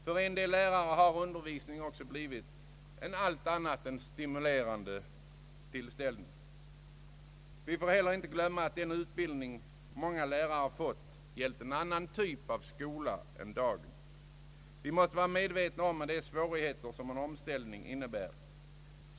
För en del lärare har undervisningen blivit en allt annat än stimulerande tillställning. Vi får heller inte glömma att den utbildning många lärare har fått gällt en annan typ av skola än dagens. Vi måste vara medvetna om de svårigheter som en omställning för dem kan innebära.